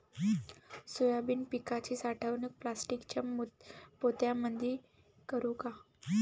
Soybean पिकाची साठवणूक प्लास्टिकच्या पोत्यामंदी करू का?